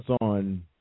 on